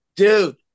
Dude